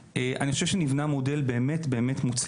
- זה שאני חושב שהמודל שנבנה הוא באמת מאוד מוצלח.